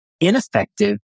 ineffective